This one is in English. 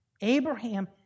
Abraham